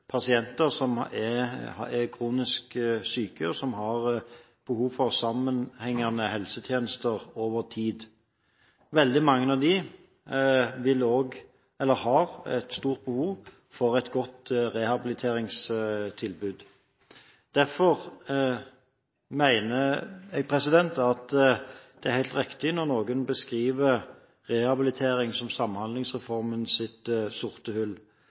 pasienter som er kronisk syke, og som har behov for sammenhengende helsetjenester over tid. Veldig mange av dem har et stort behov for et godt rehabiliteringstilbud. Derfor mener jeg at det er helt riktig når noen beskriver rehabilitering som Samhandlingsreformens sorte hull. Virkemidlene i Samhandlingsreformen